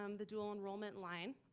um the dual enrollment line,